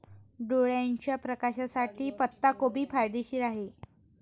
डोळ्याच्या प्रकाशासाठी पत्ताकोबी फायदेशीर आहे